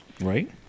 right